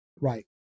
Right